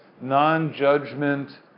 non-judgment